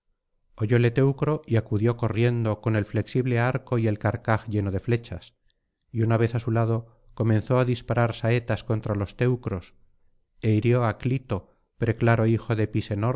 oyóle teucro y acudió corriendo con el flexible arco y el carcaj lleno de flechas y una vez á su lado comenzó á disparar saetas contra los teucros é hirió á clito preclaro hijo de pisenor